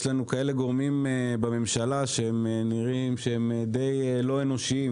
יש לנו כאלה גורמים בממשלה שנראים לא אנושיים,